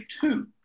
Two